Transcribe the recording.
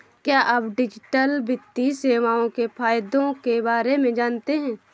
क्या आप डिजिटल वित्तीय सेवाओं के फायदों के बारे में जानते हैं?